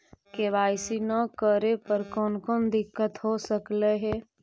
KYC न करे पर कौन कौन दिक्कत हो सकले हे?